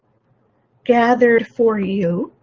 gathered for you.